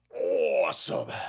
Awesome